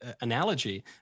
analogy